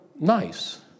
Nice